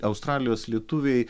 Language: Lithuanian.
australijos lietuviai